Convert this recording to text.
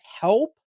help